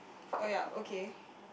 oh ya okay